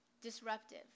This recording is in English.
disruptive